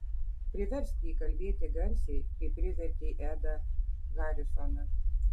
priversk jį kalbėti garsiai kaip privertei edą harisoną